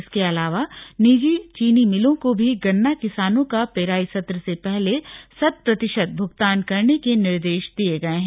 इसके अलावा निजी चीनी मिलों को भी गन्ना किसानों का पेराई सत्र से पहले सत प्रतिशत भुगतान करने के निर्देश दिए गए हैं